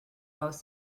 most